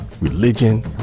Religion